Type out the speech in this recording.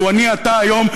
לו אני אתה היום,